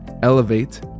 Elevate